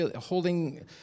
holding